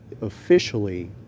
officially